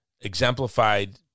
exemplified